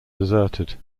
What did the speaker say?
deserted